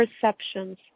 perceptions